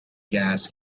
gas